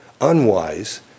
unwise